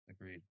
agreed